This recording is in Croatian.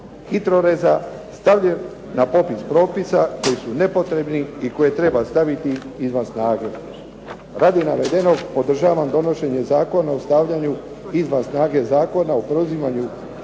HITROREZ-a stavljeno na popis propisa koji su nepotrebni i koje treba staviti izvan snage. Radi navedenog podržavam donošenje Zakona o stavljanju izvan snage Zakona o preuzimanju